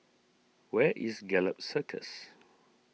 where is Gallop Circus